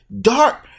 dark